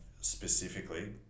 specifically